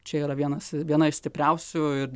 čia yra vienas viena iš stipriausių ir